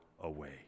away